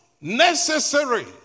necessary